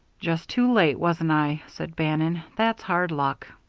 just too late, wasn't i? said bannon. that's hard luck.